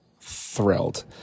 thrilled